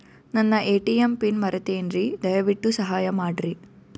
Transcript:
ನನ್ನ ATM PIN ಮರೆತೇನ್ರೀ, ದಯವಿಟ್ಟು ಸಹಾಯ ಮಾಡ್ರಿ